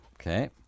Okay